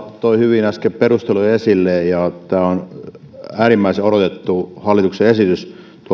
toi hyvin äsken perusteluja esille ja tämä on äärimmäisen odotettu hallituksen esitys